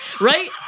right